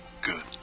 Good